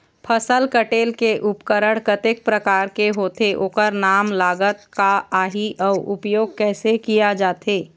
फसल कटेल के उपकरण कतेक प्रकार के होथे ओकर नाम लागत का आही अउ उपयोग कैसे किया जाथे?